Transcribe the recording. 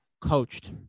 coached